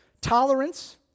tolerance